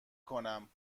کنم